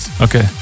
Okay